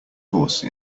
horse